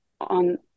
on